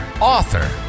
author